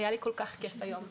היה לי כל כך כיף היום,